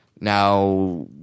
Now